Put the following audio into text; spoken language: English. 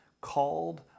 called